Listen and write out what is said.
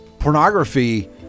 pornography